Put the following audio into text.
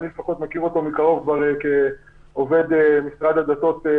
אני מכיר אותו קרוב ל-20 שנה.